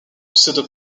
pseudo